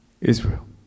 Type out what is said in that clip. Israel